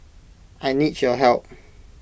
I need your help